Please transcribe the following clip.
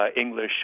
English